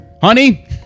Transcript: honey